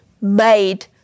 made